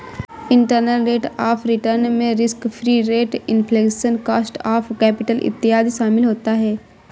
internal rate of return में risk free rate, inflation, cost of capital इत्यादि शामिल होता है